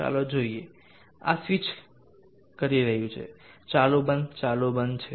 ચાલો જોઈએ આ સ્વિચ કરી રહ્યું છે ચાલુ બંધ ચાલુ બંધ છે